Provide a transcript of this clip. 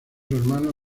hermano